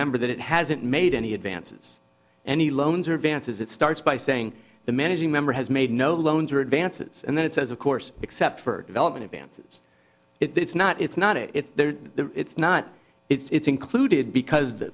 member that it hasn't made any advances any loans or advances it starts by saying the managing member has made no loans or advances and then it says of course except for development advances it's not it's not it it's there it's not it's included because